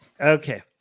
Okay